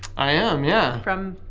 i am, yeah. from,